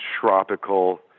tropical